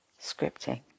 scripting